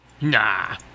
Nah